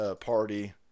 Party